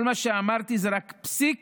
כל מה שאמרתי זה רק פסיק